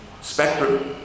spectrum